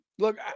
Look